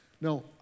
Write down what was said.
no